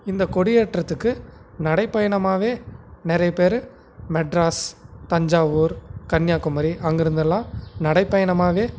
இந்த கொடியேற்றத்துக்கு நடைப் பயணமாகவே நிறைய பேர் மெட்ராஸ் தஞ்சாவூர் கன்னியாகுமரி அங்கேருந்தெல்லாம் நடைப் பயணமாகவே